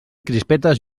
crispetes